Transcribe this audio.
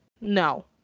no